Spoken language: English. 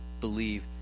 believe